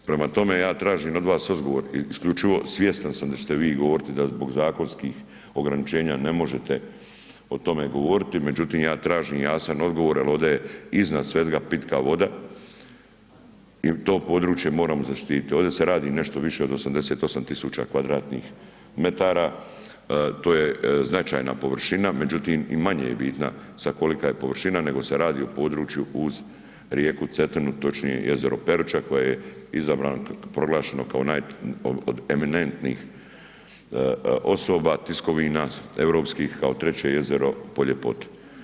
Prema tome, ja tražim od vas odgovor, isključivo svjestan sam da ćete vi govoriti da zbog zakonskih ograničenja ne možete o tome govoriti, međutim ja tražim jasan odgovor jel ovdje je iznad svega pitka voda i to područje moramo zaštititi, ovdje se radi nešto više od 88 000m2, to je značajna površina, međutim i manje je bitna sad kolika je površina, nego se radi o području uz rijeku Cetinu, točnije jezero Peruča koje je izabrano, proglašeno kao naj, od naj eminentnih osoba, tiskovina europskih kao treće jezero po ljepoti.